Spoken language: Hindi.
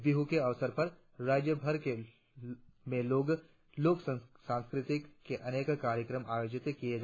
बिहु के अवसर पर राज्यभर में लोक संस्कृति के अनेक कार्यक्रम आयोजित किए जा रहे है